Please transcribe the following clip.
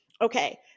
Okay